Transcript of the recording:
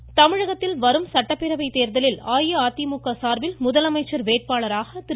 கூட்டம் அஇஅதிமுக தமிழகத்தில் வரும் சட்டப்பேரவைத் தேர்தலில் அஇஅதிமுக சார்பில் முதலமைச்சர் வேட்பாளராக திரு